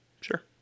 Sure